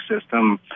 system